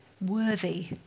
worthy